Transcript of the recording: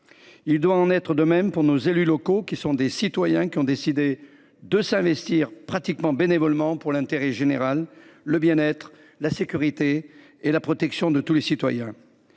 Il doit en être de même pour nos élus locaux, car ce sont des citoyens qui ont décidé de s’investir quasiment bénévolement pour l’intérêt général, le bien être, la sécurité et la protection de tous. Cet